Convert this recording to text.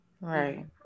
Right